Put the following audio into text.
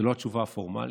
זו לא התשובה הפורמלית,